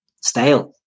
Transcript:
stale